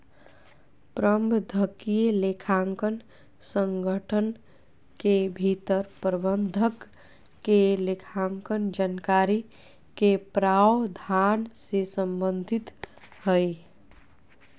प्रबंधकीय लेखांकन संगठन के भीतर प्रबंधक के लेखांकन जानकारी के प्रावधान से संबंधित हइ